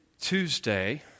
Tuesday